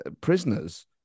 prisoners